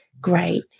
great